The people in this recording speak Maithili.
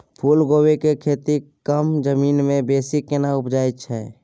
फूलकोबी के खेती कम जमीन मे बेसी केना उपजायल जाय?